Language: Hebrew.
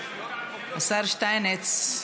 השר שטייניץ,